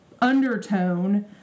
undertone